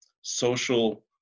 social